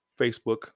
Facebook